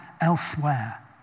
elsewhere